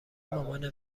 مامانه